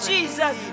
Jesus